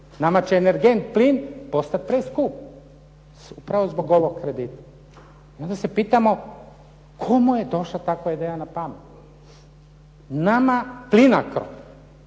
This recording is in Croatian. Nama će energent plin postati preskup upravo zbog ovog kredita i onda se pitamo kome je došla takva ideja na pamet. Nama Plinacro